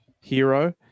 hero